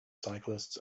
cyclists